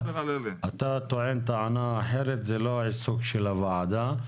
אתה טוען טענה אחרת, זה לא העיסוק של הוועדה.